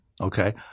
okay